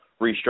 restructure